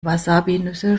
wasabinüsse